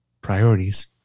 Priorities